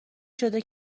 شده